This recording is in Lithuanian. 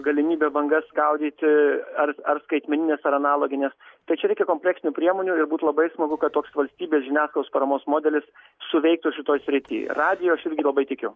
galimybę bangas gaudyti ar ar skaitmeninės ar analoginės tai čia reikia kompleksinių priemonių ir būt labai smagu kad toks valstybės žiniasklaidos paramos modelis suveiktų šitoj srity radiju aš irgi labai tikiu